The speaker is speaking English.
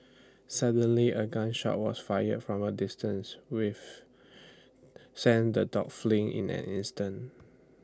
suddenly A gun shot was fired from A distance with sent the dogs fleeing in an instant